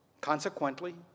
Consequently